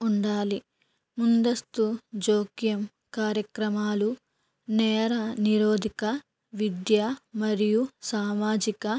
ఉండాలి ముందస్తు జోక్యం కార్యక్రమాలు నేర నిరోధక విద్యా మరియు సామాజిక